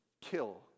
Kill